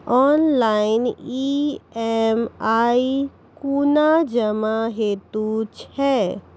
Online EMI कूना जमा हेतु छै?